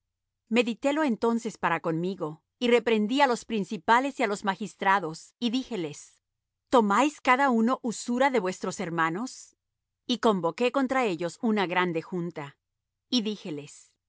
medité lo entonces para conmigo y reprendí á los principales y á los magistrados y díjeles tomáiscada uno usura de vuestros hermanos y convoqué contra ellos una grande junta y